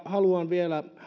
haluan vielä